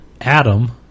Adam